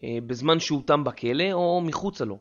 בזמן שהותם בכלא או מחוצה לו.